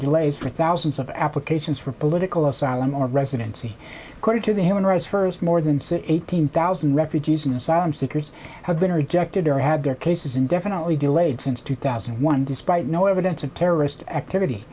delays for thousands of applications for political asylum or residency according to the human rights first more than sit eighteen thousand refugees and asylum seekers have been rejected or had their cases indefinitely delayed since two thousand and one despite no evidence of terrorist activity